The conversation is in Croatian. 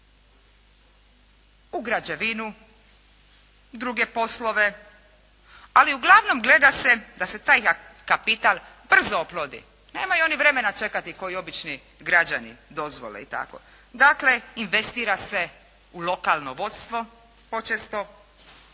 u građevinu, u druge poslove, ali uglavnom gleda se da se taj kapital brzo oplodi. Nemaju oni vremena čekati kao i obični građani dozvole i tako. Dakle, investira se u lokalno vodstvo, počesto,